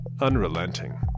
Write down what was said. unrelenting